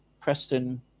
Preston